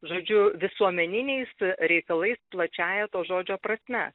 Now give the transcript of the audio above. žodžiu visuomeniniais reikalais plačiąja to žodžio prasme